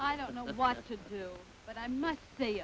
i don't know what to do but i must pay